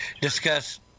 discuss